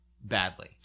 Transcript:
badly